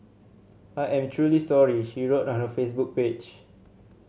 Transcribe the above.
I am truly sorry she wrote on her Facebook page